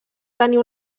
tenir